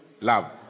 Love